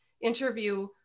interview